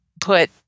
put